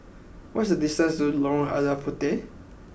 what is the distance to Lorong Lada Puteh